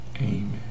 Amen